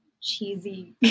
cheesy